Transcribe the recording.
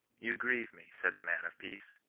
you grieve me said the man of peace.